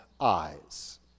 eyes